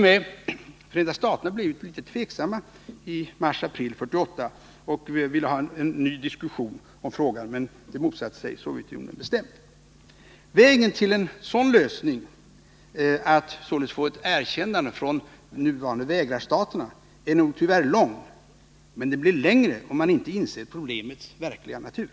m. Förenta staterna blev litet tveksamma i mars-april 1958 och ville ha en ny diskussion om frågan, men det motsatte sig Sovjetunionen bestämt. Vägen till en sådan lösning, att således få ett erkännande från de nuvarande vägrarstaterna, är nog tyvärr lång, men den blir längre om man inte inser problemets verkliga natur.